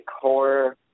horror